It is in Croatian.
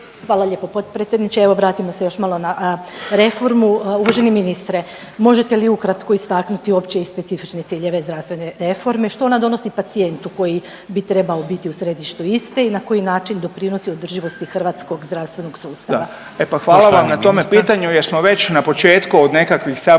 Hvala lijepo potpredsjedniče. Evo vratimo se još malo na reformu. Uvaženi ministre možete li ukratko istaknuti opće i specifične ciljeve zdravstvene reforme? Što ona donosi pacijentu koji bi trebao biti u središtu iste? I na koji način doprinosi održivosti hrvatskog zdravstvenog sustava? **Reiner, Željko (HDZ)** Poštovani ministar.